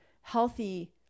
healthy